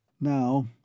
Now